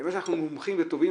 במה שאנחנו מומחים וטובים,